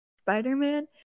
Spider-Man